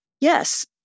Yes